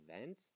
event